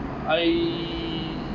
I